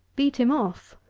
beat him off.